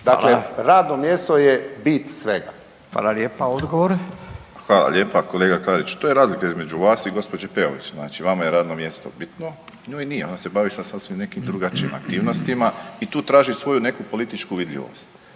lijepa. Odgovor. **Borić, Josip (HDZ)** Hvala lijepa kolega Klarić. To je razlika između vas i gđe. Peović. Znači vama je radno mjesto bitno, njoj nije, ona se bavi sa sasvim nekim drugačijim aktivnostima i tu traži svoju neku političku vidljivost,